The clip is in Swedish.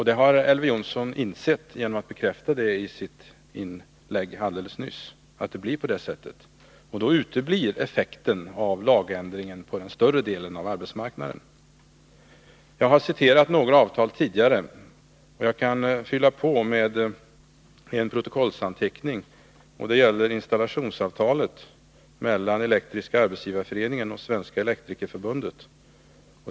Det har Elver Jonsson insett. Han bekräftade i sitt inlägg alldeles nyss att det blir på det sättet. Då uteblir effekten av lagändringen på den större delen av arbetsmarknaden. Jag har tidigare citerat några avtal. Jag kan fylla på med en protokollsanteckning i installationsavtalet mellan Elektriska arbetsgivareföreningen och Svenska elektrikerförbundet.